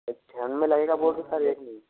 लगेगा board sir एक में ही